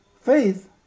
faith